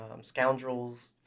scoundrels